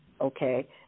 okay